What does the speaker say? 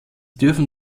dürfen